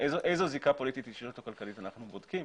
איזו זיקה פוליטית, אישית או כלכלית אנחנו בודקים,